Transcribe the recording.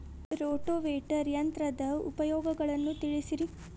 rotavator ಯಂತ್ರದ ಉಪಯೋಗಗಳನ್ನ ತಿಳಿಸಿರಿ